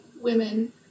women